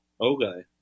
Okay